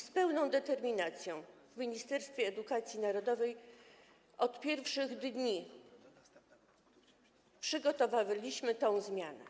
Z pełną determinacją w Ministerstwie Edukacji Narodowej od pierwszych dni przygotowywaliśmy tę zmianę.